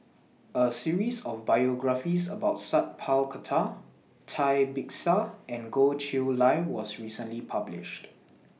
A series of biographies about Sat Pal Khattar Cai Bixia and Goh Chiew Lye was recently published